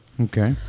okay